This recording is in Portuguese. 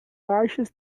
baixas